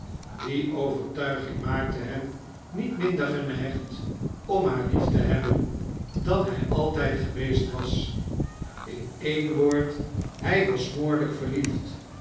die overtuiging maaktehem niet minder geneigd om haar lief te hebben dan hij altyd geweest was in een woord hy was smoorlyk verliefd